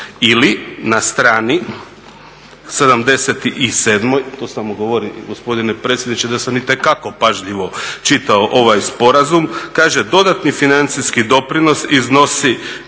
Ili na strani 77., to samo govori gospodine predsjedniče da sam itekako pažljivo čitao ovaj sporazum, kaže: "Dodatni financijski doprinos iznosi